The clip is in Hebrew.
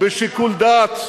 בשיקול דעת.